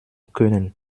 können